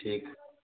ठीक